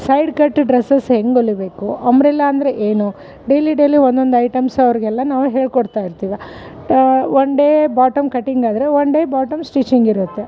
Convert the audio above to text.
side cut dresses ಹೆಂಗೆ ಹೊಲಿಬೇಕು umbrella ಅಂದರೆ ಏನು ಡೇಲಿ ಡೇಲಿ ಒಂದೊಂದು ಐಟಮ್ಸ್ ಅವ್ರಿಗೆಲ್ಲಾ ನಾವು ಹೇಳ್ಕೊಡ್ತಾ ಇರ್ತೀವಿ ಒನ್ ಡೇ ಬಾಟಮ್ ಕಟ್ಟಿಂಗ್ ಆದರೆ ಒನ್ ಡೇ ಬಾಟಮ್ ಸ್ಟಿಚಿಂಗ್ ಇರುತ್ತೆ